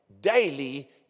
daily